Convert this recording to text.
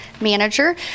manager